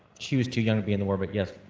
she was too young to be in the war, but yes.